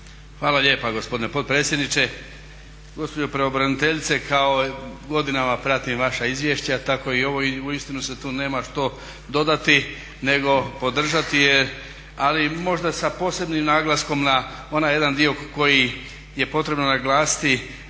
Hvala lijepa gospodine potpredsjedniče. Gospođo pravobraniteljice godinama pratim vaša izvješća tako i ovo i uistinu se tu nema što dodati nego podržati, ali sa posebnim naglaskom na onaj jedan dio koji je potrebno naglasiti